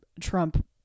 Trump